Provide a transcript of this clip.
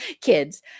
kids